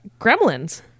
gremlins